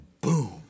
boom